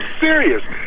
serious